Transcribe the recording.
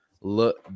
look